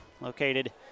located